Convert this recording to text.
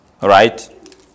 right